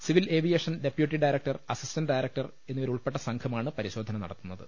civil aviation deputy director assistant director എന്നിവരുൾപ്പെട്ട സംഘമാണ് പരിശോധന നടത്തു ന്നത്